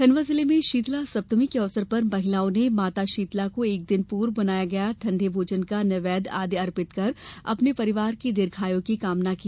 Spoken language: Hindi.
खंडवा जिले में शीतला सप्तमी के अवसर पर महिलाओं ने माता शीतला को एक दिन पूर्व बनाया ठंडे भोजन का नैवेद्य आदि अर्पित कर अपने परिवार के दीर्घायु की कामना की